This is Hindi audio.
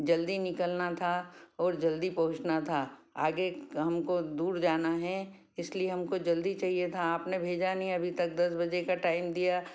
जल्दी निकलना था और जल्दी पहुँचना था आगे हमको दूर जाना है इसलिए हमको जल्दी चाहिए था आपने भेजा नहीं अभी तक दस बजे का टाइम दिया